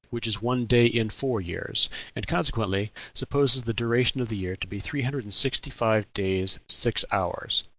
which is one day in four years and consequently supposes the duration of the year to be three hundred and sixty-five days six hours.